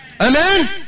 Amen